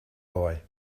boy